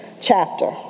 chapter